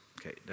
Okay